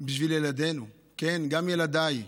בשביל ילדינו, כן, גם ילדיי,